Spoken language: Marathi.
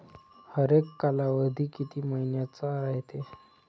हरेक कालावधी किती मइन्याचा रायते?